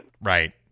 Right